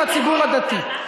זה הציבור הדתי.